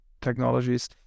technologies